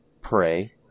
Pray